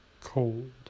cold